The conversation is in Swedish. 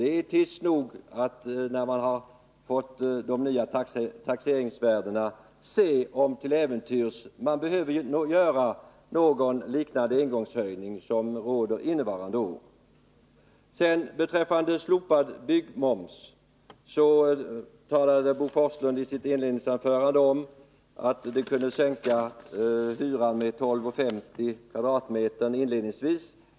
Och när de nya taxeringsvärdena är fastställda kan det vara dags att se om vi till äventyrs behöver göra någon engångshöjning liknande den som gjorts för innevarande år. Bo Forslund talade i sitt inledningsanförande om att slopandet av byggmomsen kunde sänka hyran med 12:50 kr./m? inledningsvis.